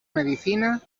medicina